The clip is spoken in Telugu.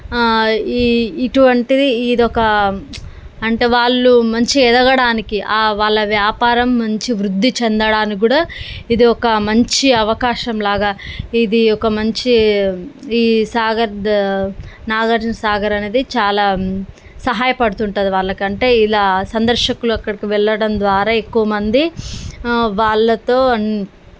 ఈ ఇటువంటిది ఇది ఒక అంటే వాళ్ళు మంచి ఎదగడానికి వాళ్ళ వ్యాపారం మంచి వృద్ధి చెందడానికి కూడా ఇది ఒక మంచి అవకాశంలాగా ఇది ఒక మంచి ఈ సాగర్ నాగార్జునసాగర్ అనేది చాలా సహాయపడుతూ ఉంటుంది వాళ్ళకి అంటే ఇలా సందర్శకులు అక్కడికి వెళ్ళడం ద్వారా ఎక్కువ మంది వాళ్ళతో